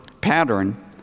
pattern